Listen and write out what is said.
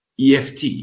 EFT